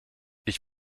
ich